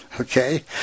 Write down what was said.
okay